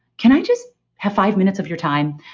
can i just have five minutes of your time?